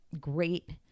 great